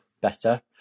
better